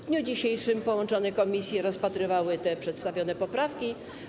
W dniu dzisiejszym połączone komisje rozpatrywały przedstawione poprawki.